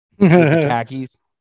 khakis